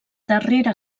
darrera